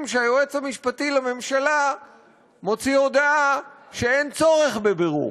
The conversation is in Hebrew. שהיועץ המשפטי לממשלה מוציא הודעה שאין צורך בבירור?